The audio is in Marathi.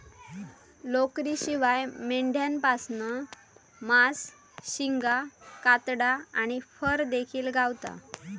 लोकरीशिवाय मेंढ्यांपासना मांस, शिंगा, कातडा आणि फर देखिल गावता